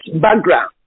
background